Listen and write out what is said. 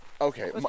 okay